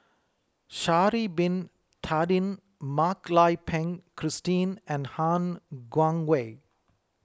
Sha'ari Bin Tadin Mak Lai Peng Christine and Han Guangwei